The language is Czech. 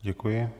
Děkuji.